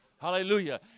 Hallelujah